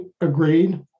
agreed